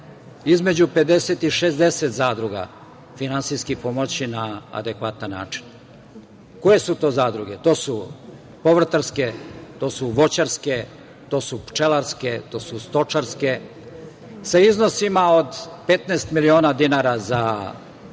između 50 i 60 zadruga finansijski pomoći na adekvatan način. Koje su to zadruge? To su povrtarske, to su voćarske, to su pčelarske, to su stočarske, sa iznosima od 15 miliona dinara za stare